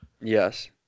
yes